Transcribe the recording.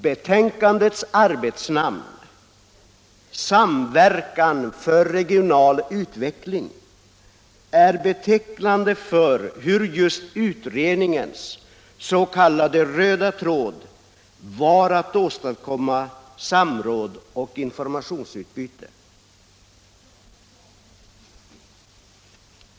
Betänkandets arbetsnamn — Samverkan för regional utveckling — är betecknande för hur just utredningens s.k. röda tråd var att åstadkomma samråd och informationsutbyte.